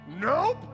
Nope